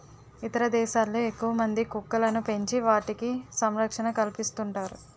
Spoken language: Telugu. ఇతర దేశాల్లో ఎక్కువమంది కుక్కలను పెంచి వాటికి సంరక్షణ కల్పిస్తుంటారు